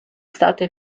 state